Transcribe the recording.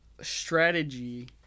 strategy